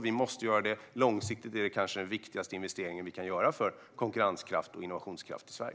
Vi måste göra detta, och långsiktigt är det här kanske den viktigaste investering som vi kan göra för konkurrenskraft och innovationskraft i Sverige.